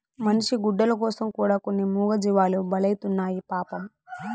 మనిషి గుడ్డల కోసం కూడా కొన్ని మూగజీవాలు బలైతున్నాయి పాపం